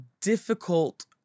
difficult